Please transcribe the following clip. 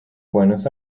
buenos